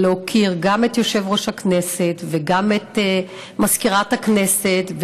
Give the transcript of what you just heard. ולהוקיר גם את יושב-ראש הכנסת וגם את מזכירת הכנסת,